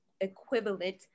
equivalent